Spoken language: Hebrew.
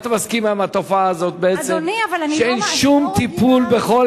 את מסכימה עם התופעה הזאת שאין שום טיפול בכל